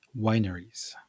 wineries